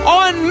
on